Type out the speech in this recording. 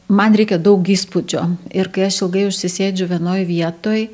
man reikia daug įspūdžio ir kai aš ilgai užsisėdžiu vienoj vietoj